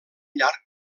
llarg